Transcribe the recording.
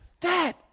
Dad